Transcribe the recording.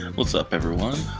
what's up, everyone,